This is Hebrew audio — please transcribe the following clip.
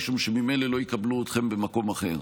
משום שממילא לא יקבלו אותם במקום אחר.